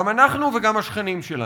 גם אנחנו וגם השכנים שלנו.